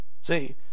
See